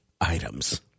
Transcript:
items